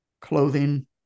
clothing